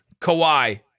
Kawhi